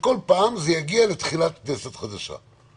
שכל פעם זה יגיע לתחילת כנסת חדשה.